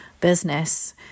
business